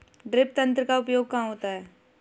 Drip तंत्र का उपयोग कहाँ होता है?